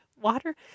Water